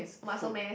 muscle man